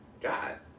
God